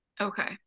okay